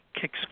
kicks